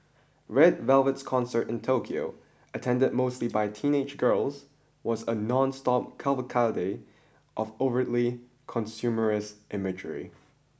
Red Velvet's concert in Tokyo attended mostly by teenage girls was a nonstop cavalcade of overtly consumerist imagery